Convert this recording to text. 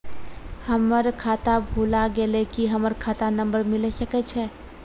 हमर खाता भुला गेलै, की हमर खाता नंबर मिले सकय छै?